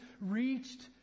reached